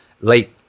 late